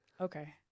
Okay